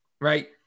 right